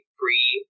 free